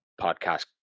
podcast